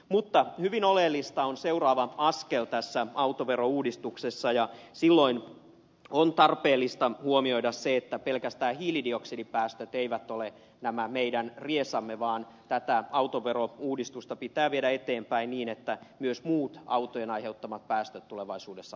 mutta hyvin oleellinen on seuraava askel tässä autoverouudistuksessa ja silloin on tarpeellista huomioida se että pelkästään hiilidioksidipäästöt eivät ole meidän riesamme vaan tätä autoverouudistusta pitää viedä eteenpäin niin että myös muut autojen aiheuttamat päästöt tulevaisuudessa otetaan huomioon